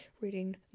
reading